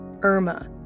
Irma